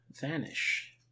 vanish